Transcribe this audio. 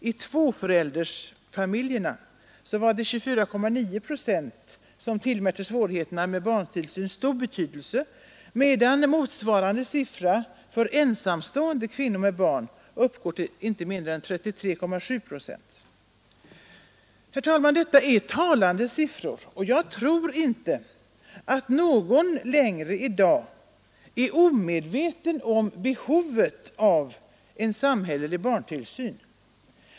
I tvåförälderfamiljerna är det 24,9 procent som tillmäter svårigheterna med barntillsyn stor betydelse medan motsvarande antal för ensamstående kvinnor med barn uppgår till inte mindre än 33,7 procent. Herr talman! Detta är talande siffror. Och jag tror inte att någon i dag längre är omedveten om behovet av en samhällelig barntillsyn.